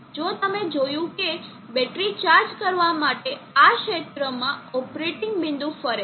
તો તમે જોયું કે બેટરી ચાર્જ કરવા માટે આ ક્ષેત્રમાં ઓપરેટિંગ બિંદુ ફરે છે